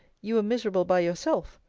you were miserable by yourself,